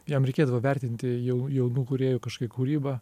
jam reikėdavo vertinti jau jaunų kūrėjų kažkokią kūrybą